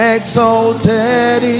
Exalted